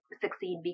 succeed